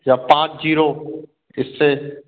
या पाँच जीरो इससे